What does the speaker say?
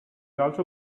also